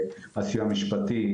טיבי.